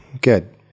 good